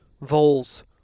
voles